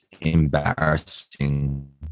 embarrassing